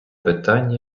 питання